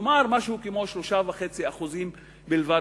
כלומר כ-3.5% בלבד,